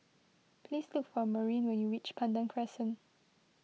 please look for Maurine when you reach Pandan Crescent